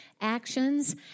actions